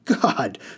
God